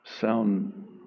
sound